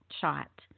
shot